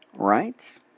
Right